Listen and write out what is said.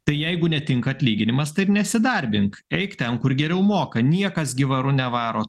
tai jeigu netinka atlyginimas tai ir nesidarbink eik ten kur geriau moka niekas gi varu nevaro